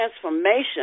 transformation